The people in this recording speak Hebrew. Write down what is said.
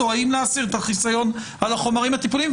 האם להסיר את החיסיון על החומרים הטיפוליים,